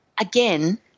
again